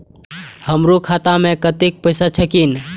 हमरो खाता में कतेक पैसा छकीन?